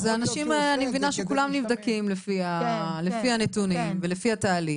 אז האנשים אני מבינה שהם כולם נבדקים לפי הנתונים ולפי התהליך,